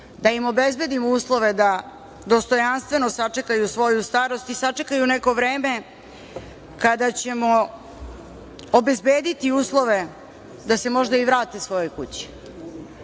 da im obezbedimo uslove da dostojanstveno sačekaju svoju starost i sačekaju neko vreme kada ćemo obezbediti uslove da se možda i vrate svojoj kući. Ono